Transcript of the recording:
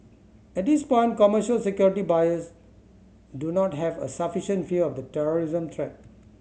at this point commercial security buyers do not have a sufficient fear of the terrorism threat